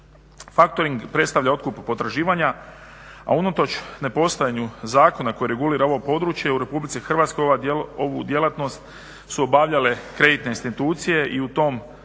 Factoring predstavlja otkup potraživanja a unatoč nepostojanju zakona koji regulira ovo područje u RH ovu djelatnost su obavljale kreditne institucije i u tom slučaju